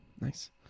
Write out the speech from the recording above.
nice